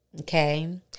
okay